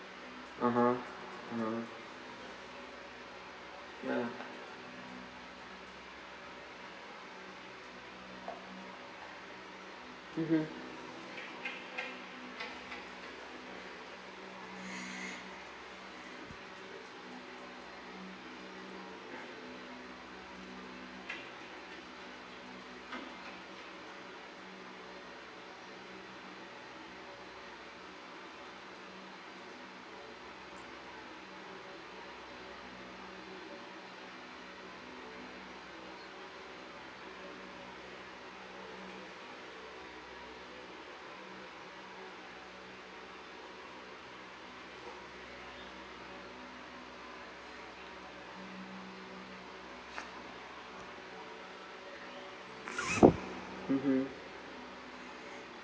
(uh huh) (uh huh) ya mmhmm mmhmm